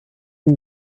and